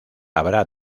habrá